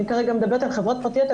אני כרגע מדברת על חברות פרטיות,